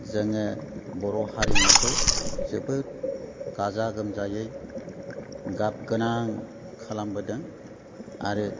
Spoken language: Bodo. जोङो बर' हारिमुखौ जोबोद गाजा गोमजायै गाब गोनां खालामबोदों आरो